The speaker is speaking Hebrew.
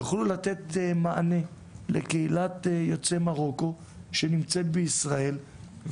יוכלו לתת מענה לקהילת יוצאי מרוקו שנמצאת בישראל,